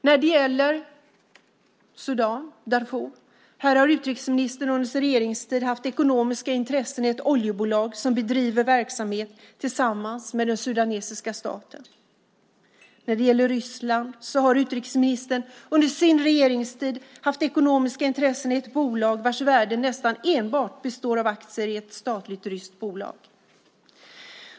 När det gäller Sudan och Darfur har utrikesministern under sin regeringstid haft ekonomiska intressen i ett oljebolag som bedriver verksamhet tillsammans med den sudanesiska staten. När det gäller Ryssland har utrikesministern under sin regeringstid haft ekonomiska intressen i ett bolag vars värde nästan enbart består av aktier i ett statligt ryskt bolag.